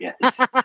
Yes